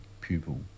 pupil